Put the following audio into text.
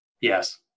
Yes